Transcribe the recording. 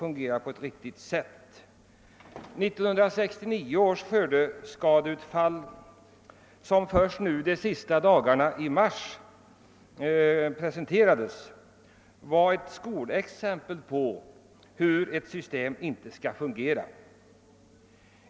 När 1969 års skördeskadeutfall presenterades de sista dagarna i mars gav det ett skolexempel på hur ett sådant system inte skall fungera.